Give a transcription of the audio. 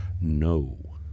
No